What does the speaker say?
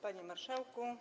Panie Marszałku!